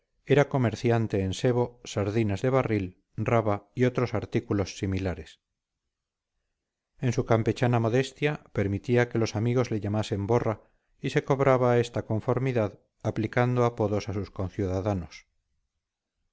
era comerciante en sebo sardinas de barril raba y otros artículos similares en su campechana modestia permitía que los amigos le llamasen borra y se cobraba esta conformidad aplicando apodos a sus conciudadanos